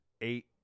eight –